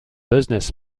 business